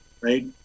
right